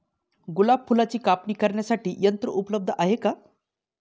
गुलाब फुलाची कापणी करण्यासाठी यंत्र उपलब्ध आहे का?